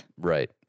Right